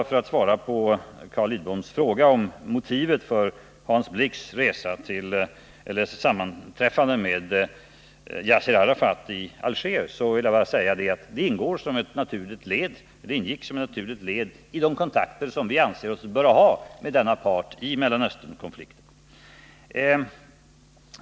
För att svara på Carl Lidboms fråga om motivet för Hans Blix sammanträffande med Yassir Arafat i Alger vill jag säga att det ingick som ett naturligt led i den kontakt vi anser oss böra ha med denna part i Mellanösternkonflikten.